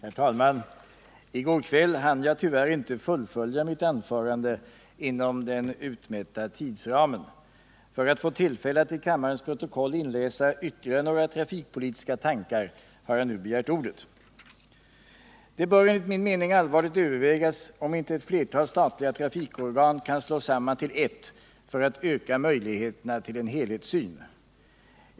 Herr talman! I går kväll hann jag tyvärr inte fullfölja mitt anförande inom den utmätta tidsramen. För att få tillfälle att till kammarens protokoll inläsa ytterligare några trafikpolitiska tankar har jag nu begärt ordet. Det bör enligt min mening allvarligt övervägas om inte ett flertal statliga trafikorgan kan slås samman till ett för att öka möjligheterna till en helhetssyn.